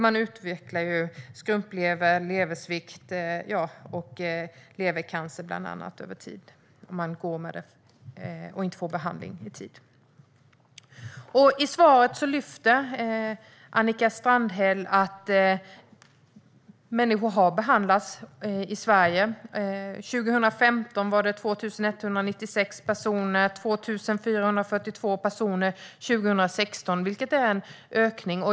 Man utvecklar över tid bland annat skrumplever, leversvikt och levercancer om man går med sjukdomen utan att få behandling i tid. I svaret lyfter Annika Strandhäll fram att människor har behandlats i Sverige. 2015 var det 2 196 personer, och 2016 var det 2 442 personer, vilket är en ökning.